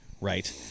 right